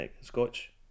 Scotch